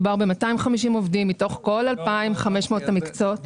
מדובר ב-250 עובדים מתוך 2,500 המכסות.